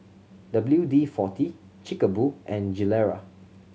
W D Forty Chic a Boo and Gilera